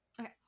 Okay